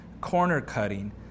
corner-cutting